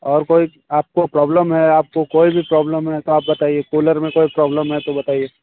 और कोई आपको प्रॉब्लम है आपको कोई भी प्रॉब्लम है तो आप बताइए कूलर में कोई प्रॉब्लम है तो बताइए